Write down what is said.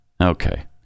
Okay